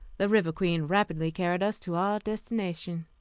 the river queen rapidly carried us to our destination.